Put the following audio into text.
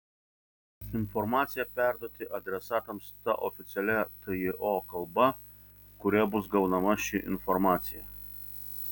informaciją perduoti adresatams ta oficialia tjo kalba kuria bus gaunama ši informacija